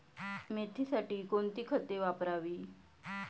मेथीसाठी कोणती खते वापरावी?